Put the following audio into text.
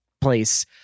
place